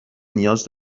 نیاز